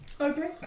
Okay